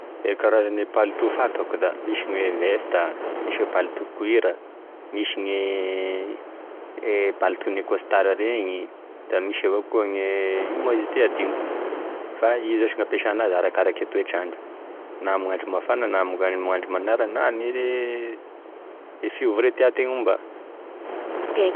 E karazan'e palitao fantako da misy e vesta misy e palitao cuir, misy palitaon'e kositara regny, da misy evakoa, gne ino me izy ty? hadigniko fa izy zash gn'ampesan'azy arakarak'e toetr'andro, na amy gn'andro mafana na ame gn'andro manara na ame fivoria tiategna homba.